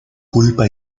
pulpa